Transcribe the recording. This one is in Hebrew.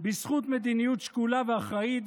בזכות מדיניות שקולה ואחראית,